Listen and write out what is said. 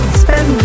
spend